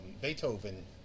Beethoven